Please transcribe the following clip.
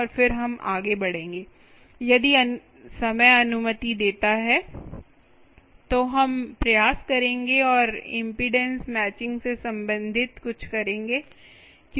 और फिर हम आगे बढ़ेंगे यदि समय अनुमति देता है तो हम प्रयास करेंगे और इम्पीडेन्स मैचिंग से संबंधित कुछ करेंगे